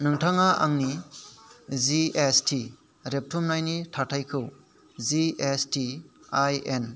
नोंथाङा आंनि जिएसटि रेबथुमनायनि थाथायखौ जिएसटि आइएन